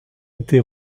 été